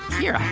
here.